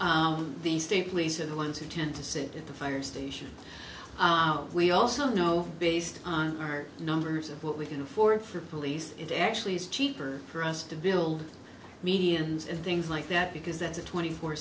on the state police are the ones who tend to sit at the fire station out we also know based on our numbers of what we can afford for police it actually is cheaper for us to build medians and things like that because that's a twenty four